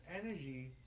energy